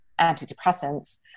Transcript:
antidepressants